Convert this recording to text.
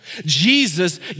Jesus